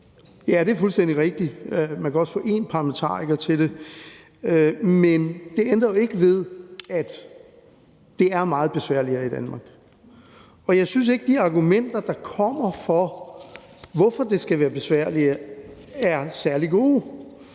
Ja, det er fuldstændig rigtigt. Man kan også få én parlamentariker til det. Men det ændrer jo ikke ved, at det er meget besværligere i Danmark, og jeg synes ikke, at de argumenter, der kommer for, at det skal være besværligere, er særlig gode.